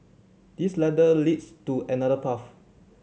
this ladder leads to another path